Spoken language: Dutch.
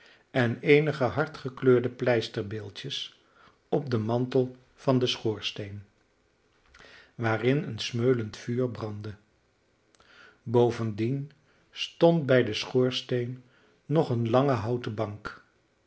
en eenige hard gekleurde pleisterbeeldjes op den mantel van den schoorsteen waarin een smeulend vuur brandde bovendien stond bij den schoorsteen nog eene lange houten bank